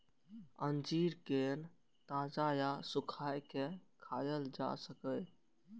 अंजीर कें ताजा या सुखाय के खायल जा सकैए